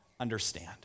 understand